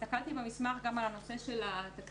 הסתכלתי במסמך גם על נושא התקציב